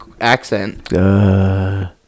accent